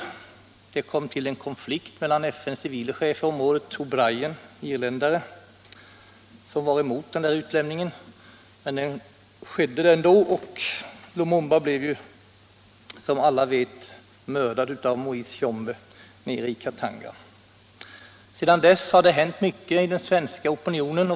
Om svenska Det uppstod en konflikt med FN:s civile chef på området, irländaren = åtgärder mot O'Brien, som var emot den här utlämningen. Den skedde emellertid = utländsk intervenändå, och Lumumba blev — som alla vet — mördad av Moise Tshombe tion i Zaire i Katanga. Sedan dess har det hänt mycket i den svenska opinionen.